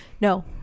no